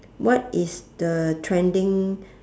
what is the trending